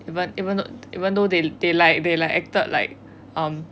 even even though even though they they like they like acted like they um